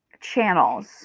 channels